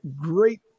great